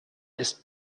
ist